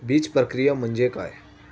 बीजप्रक्रिया म्हणजे काय?